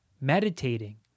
meditating